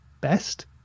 best